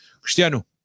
Cristiano